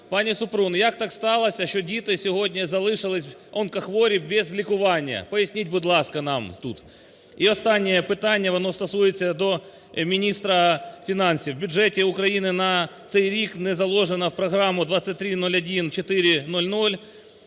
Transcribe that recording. Пані Супрун, як так сталося, що діти сьогодні залишилисяонкохворі без лікування, поясність, будь ласка, нам тут? І останнє питання, воно стосується до міністра фінансів. В бюджеті України на цей рік незаложено в Програму 2301400,